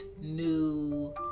new